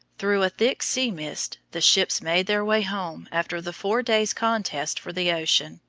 through a thick sea-mist the ships made their way home after the four days' contest for the ocean,